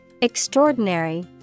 Extraordinary